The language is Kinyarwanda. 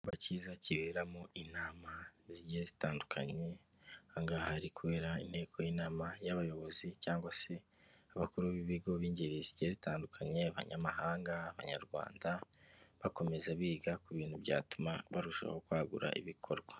Ikimba kiza kiberamo inama zitandukanye aha ngaha hari kubera inteko y'inama y'abayobozi cyangwa se abakuru b'ibigo b'ingeri zigiye zitandukanye, abanyamahanga, abanyarwanda bakomeza biga ku bintu byatuma barushaho kwagura ibikorwa.